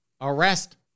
arrest